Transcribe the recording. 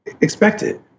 expected